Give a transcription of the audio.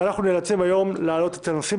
ואנחנו נאלצים היום להעלות את הנושאים